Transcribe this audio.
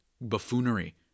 buffoonery